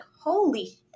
holy